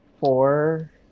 four